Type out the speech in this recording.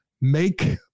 make